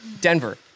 Denver